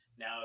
Now